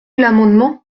l’amendement